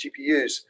GPUs